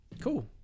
Cool